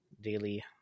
daily